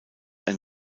ein